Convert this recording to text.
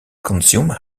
consumed